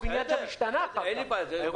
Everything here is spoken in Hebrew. ודאי.